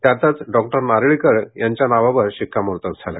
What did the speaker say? त्यातच नारळीकर यांच्या नावावर शिक्कामोर्तब झाले